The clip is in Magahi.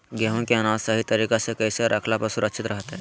गेहूं के अनाज सही तरीका से कैसे रखला पर सुरक्षित रहतय?